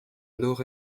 nord